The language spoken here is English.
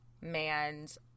man's